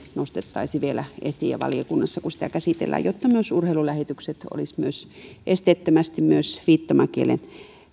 nostettaisiin vielä esiin valiokunnassa kun sitä käsitellään jotta myös urheilulähetykset olisivat esteettömästi myös